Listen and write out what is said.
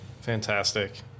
Fantastic